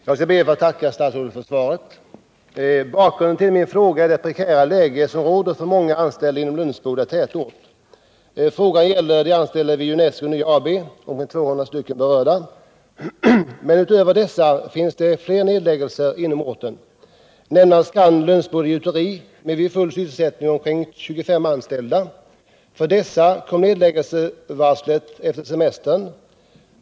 Herr talman! Jag ber att få tacka statsrådet för svaret på min fråga. Bakgrunden till denna är det prekära läge som råder för många anställda inom Lönsboda tätort. Frågan gällde Nya Junesco AB, där sysselsättningen för ca 200 anställda berörs av företagets konkurs. Men härutöver är fler nedläggelser inom orten aktuella. Nämnas kan Lönsboda Gjuteri med vid full sysselsättning omkring 25 anställda. För dessa kom nedläggningsvarslet efter semestern.